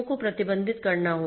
को प्रबंधित करना होगा